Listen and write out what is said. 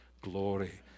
glory